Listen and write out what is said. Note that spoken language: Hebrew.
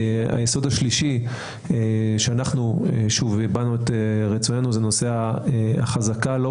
היסוד השלישי שהבענו את רצוננו הוא נושא החזקה לא